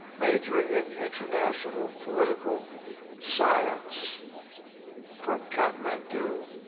majoring in international political science from katmandu,